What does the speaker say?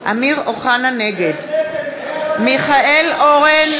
נגד (קוראת בשמות חברי הכנסת) מיכאל אורן,